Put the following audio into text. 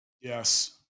Yes